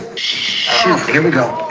shoot here we go.